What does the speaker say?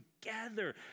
together